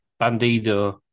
Bandido